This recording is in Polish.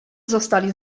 zostali